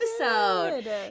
episode